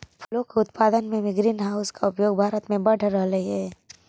फूलों के उत्पादन में भी ग्रीन हाउस का उपयोग भारत में बढ़ रहलइ हे